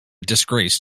disgrace